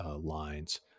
lines